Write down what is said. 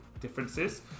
differences